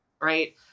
right